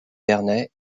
vernet